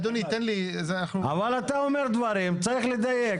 אתה אומר דברים, צריך לדייק.